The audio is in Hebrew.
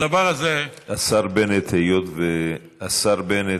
בדבר הזה, השר בנט, השר בנט,